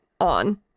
on